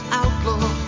outlaw